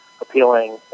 appealing